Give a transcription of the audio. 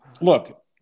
look